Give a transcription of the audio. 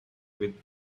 with